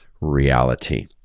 reality